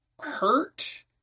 hurt